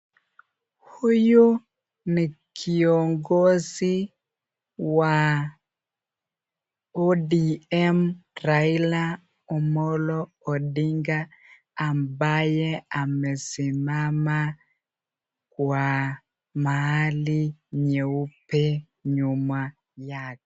Huyu ni kiongozi wa ODM Raila Amollo Odinga ambaye amesimama kwa mahali nyeupe kwa nyuma yake.